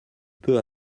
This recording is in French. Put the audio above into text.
peu